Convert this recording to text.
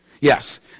Yes